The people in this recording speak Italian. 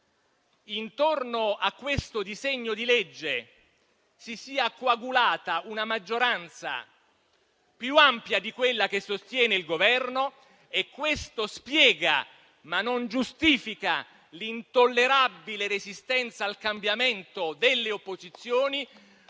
intorno al presente disegno di legge si sia coagulata una maggioranza più ampia di quella che sostiene il Governo e questo spiega, ma non giustifica, l'intollerabile resistenza al cambiamento delle opposizioni